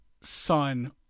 son